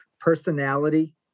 personality